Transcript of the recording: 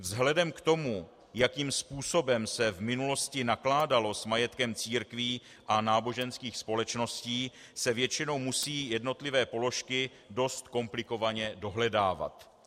Vzhledem k tomu, jakým způsobem se v minulosti nakládalo s majetkem církví a náboženských společností, se většinou musí jednotlivé položky dost komplikovaně dohledávat.